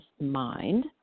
mind